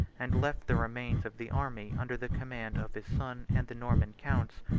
and left the remains of the army under the command of his son and the norman counts,